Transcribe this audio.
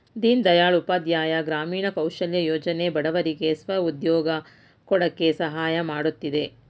ದೀನ್ ದಯಾಳ್ ಉಪಾಧ್ಯಾಯ ಗ್ರಾಮೀಣ ಕೌಶಲ್ಯ ಯೋಜನೆ ಬಡವರಿಗೆ ಸ್ವ ಉದ್ಯೋಗ ಕೊಡಕೆ ಸಹಾಯ ಮಾಡುತ್ತಿದೆ